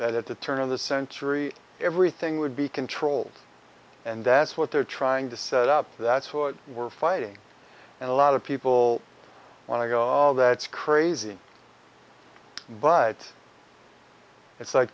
that at the turn of the century everything would be controlled and that's what they're trying to set up that's what we're fighting and a lot of people want to go all that's crazy but it's like